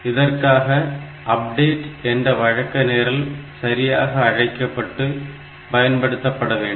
இதற்காக அப்டேட் என்ற வழக்க நிரல் சரியாக அழைக்கப்பட்டு பயன்படுத்தப்பட வேண்டும்